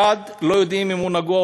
1. לא יודעים אם הוא נגוע,